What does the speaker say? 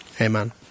Amen